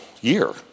year